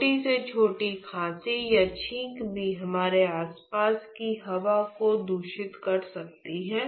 छोटी से छोटी खाँसी या छींक भी हमारे आसपास की हवा को दूषित कर सकती है